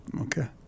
Okay